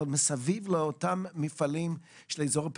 אבל מסביב לאותם מפעלים של האזור,